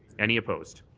any opposed?